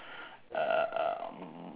uh uh uh m~